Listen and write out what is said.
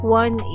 one